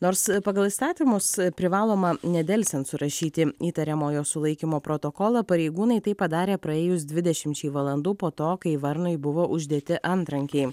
nors pagal įstatymus privaloma nedelsiant surašyti įtariamojo sulaikymo protokolą pareigūnai tai padarė praėjus dvidešimčiai valandų po to kai varnui buvo uždėti antrankiai